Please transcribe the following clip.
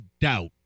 doubt